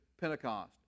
Pentecost